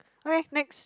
okay next